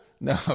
no